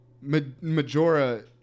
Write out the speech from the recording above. Majora